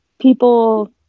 people